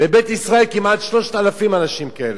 בבית-ישראל, יש אולי כמעט 3,000 אנשים כאלה,